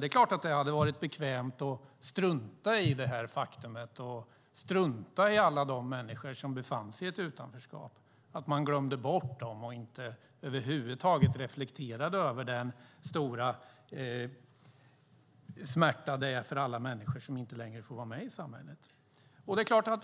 Det är klart att det hade varit bekvämt att strunta i detta faktum och i alla människor som befann sig i utanförskap, att glömma bort dem och inte över huvud taget reflektera över den stora smärta det innebär för dem att inte längre får vara med i samhället.